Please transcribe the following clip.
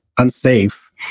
Unsafe